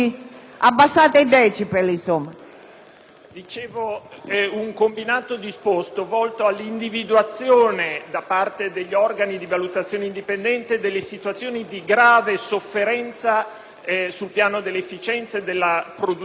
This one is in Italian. di un combinato disposto volto a favorire l'individuazione e la rimozione, da parte degli organi di valutazione indipendente, delle situazioni di grave sofferenza sul piano dell'efficienza e della produttività delle amministrazioni.